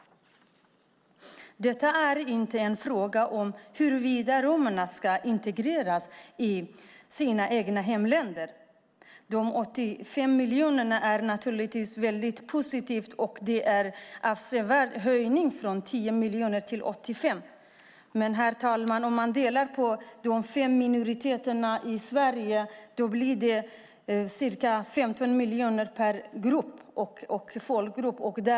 Detta är inte en fråga om huruvida romerna ska integreras i sina egna hemländer. De 85 miljoner kronorna är naturligtvis väldigt positivt, och det är en avsevärd höjning från 10 till 85 miljoner. Men, herr talman, om man delar det på de fem minoriteterna i Sverige blir det ca 15 miljoner kronor per folkgrupp.